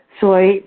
Soy